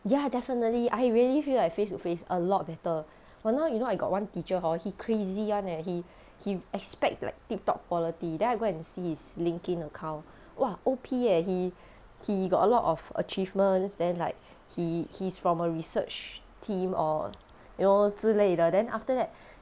ya definitely I really feel like face-to-face a lot better but now you know I got one teacher hor he crazy [one] eh he he expect like tip-top quality then I go and see his linkedin account !wah! O_P eh he he got a lot of achievements then like he he's from a research team or you know 之类的 then after that